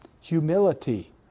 humility